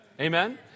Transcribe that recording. Amen